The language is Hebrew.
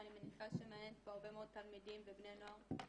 ואני מניחה שמעניינת פה הרבה מאוד תלמידים ובני נוער,